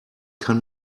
kann